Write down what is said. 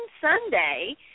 Sunday